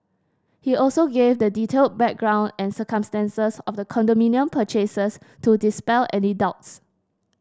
he also gave the detailed background and circumstances of the condominium purchases to dispel any doubts